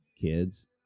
kids